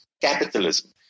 capitalism